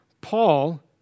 Paul